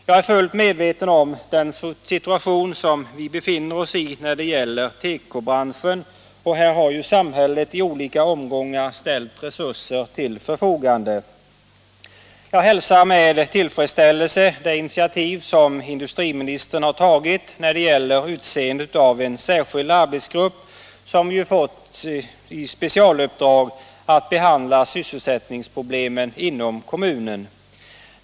Jag är fullt medveten om den situation som vi befinner oss i när det gäller tekobranschen, och här har ju samhället i olika omgångar ställt resurser till förfogande. Jag hälsar med tillfredsställelse det initiativ som industriministern har tagit när det gäller utseendet av en särskild arbetsgrupp, som fått i specialuppdrag att behandla sysselsättningsproblemen inom kommunen.